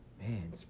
Man